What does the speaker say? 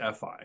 FI